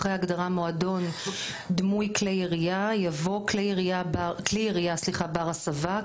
אחרי ההגדרה "מועדון דמוי כלי ירייה" יבוא: "כלי ירייה בר הסבה,